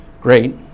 great